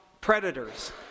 predators